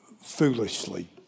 foolishly